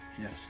Yes